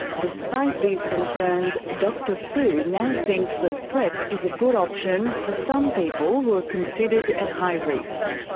despite these concerns, dr soo now thinks that prep is a good option for some people who are considered at high risk.